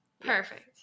Perfect